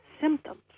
symptoms